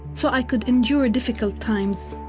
so i could endure difficult times.